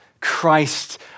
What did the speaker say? Christ